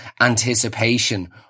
anticipation